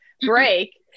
break